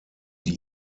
die